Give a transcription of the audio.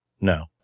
No